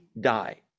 die